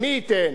ומי ייתן